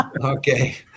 okay